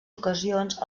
ocasions